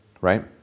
right